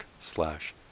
slash